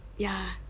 ya